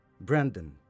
Brandon